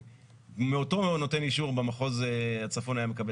מאותו נותן אישור במחוז הצפון היה מקבל